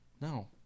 No